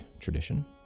tradition